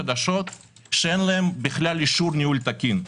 שאין להן כלל אישור ניהול תקין.